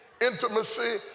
intimacy